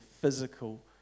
physical